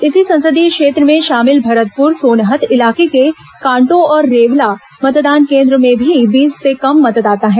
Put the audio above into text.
इसी संसदीय क्षेत्र में शामिल भरतपुर सोनहत इलाके के कांटो और रेवला मतदान केन्द्र में भी बीस से कम मतदाता हैं